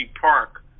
Park